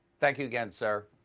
thank you again, sir.